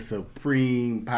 Supreme